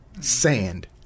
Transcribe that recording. Sand